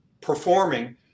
performing